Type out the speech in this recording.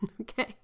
Okay